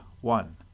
one